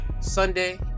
sunday